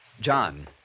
John